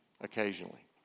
occasionally